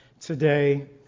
today